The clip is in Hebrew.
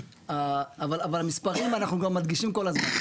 אנחנו גם מדגישים כל הזמן,